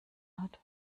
hat